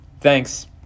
Thanks